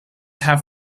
have